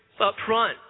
upfront